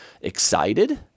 excited